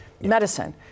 medicine